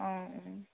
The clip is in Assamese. অঁ